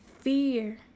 fear